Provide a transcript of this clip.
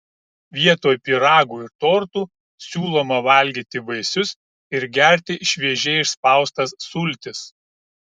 vietoj pyragų ir tortų siūloma valgyti vaisius ir gerti šviežiai išspaustas sultis